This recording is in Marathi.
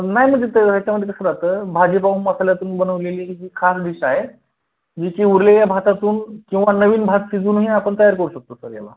नाही म्हणजे तर याच्यामध्ये कसं राहतं भाजीपाव मसाल्यातून बनवलेली जी खास डिश आ आहे जी की उरलेल्या भातातून किंवा नवीन भात शिजवूनही आपण तयार करू शकतो सर याला